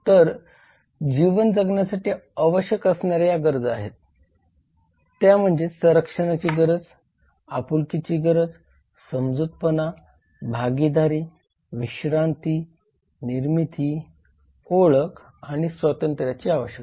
तर जीवन जगण्यासाठी आवश्यक असणाऱ्या या गरजा आहेत त्याम्हणजे संरक्षणाची गरज आपुलकी गरज समजूतपणा भागीदारी विश्रांती निर्मिती ओळख आणि स्वातंत्र्याची आवश्यकता